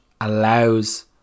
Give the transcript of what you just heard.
allows